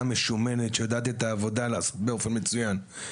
משומנת שיודעת את העבודה באופן מצוין.